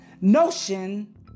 notion